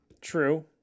True